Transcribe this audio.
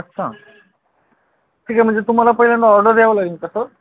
अच्छा ठीक आहे म्हणजे तुम्हाला पहिल्यांदा ऑर्डर द्यावं लागेल कसं